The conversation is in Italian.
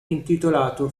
intitolato